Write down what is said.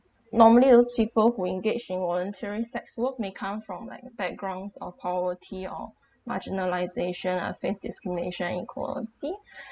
normally those people who engage in volunteering sex work may come from like the backgrounds of poverty or marginalization and faced discrimination equality